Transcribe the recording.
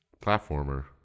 platformer